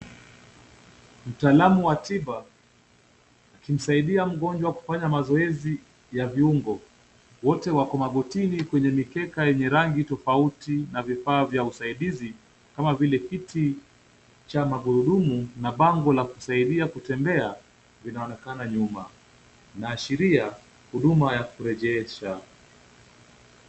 Mtaalamu wa tiba akimsaidia mgonjwa kufanya mazoezi ya viungo, Wote wako magotini kwenye mikeka yenye rangi tofauti na vifaa vya usaidizi, kama vile kiti cha magurudumu na bango la kusaidia kutembea, vinaonekana nyuma. Naashiria, huduma ya kurejesha